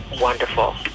Wonderful